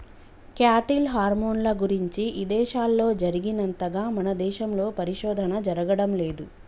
cattle హార్మోన్ల గురించి ఇదేశాల్లో జరిగినంతగా మన దేశంలో పరిశోధన జరగడం లేదు